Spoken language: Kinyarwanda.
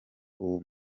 uwo